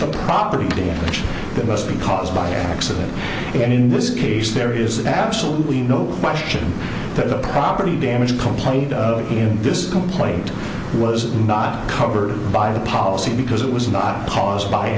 the property in which that must be caused by an accident and in this case there is absolutely no question that the property damage complained of in this complaint was not covered by the policy because it was not caused by